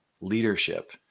leadership